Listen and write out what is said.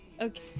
Okay